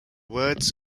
words